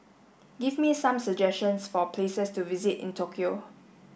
give me some suggestions for places to visit in Tokyo